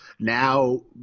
Now